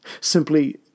simply